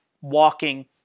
walking